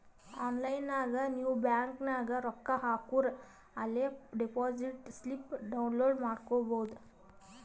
online ನಾಗ್ ನೀವ್ bank ನಾಗ್ ರೊಕ್ಕಾ ಹಾಕೂರ ಅಲೇ ಡೆಪೋಸಿಟ್ ಸ್ಲಿಪ್ ಡೌನ್ಲೋಡ್ ಮಾಡ್ಕೊಬೋದು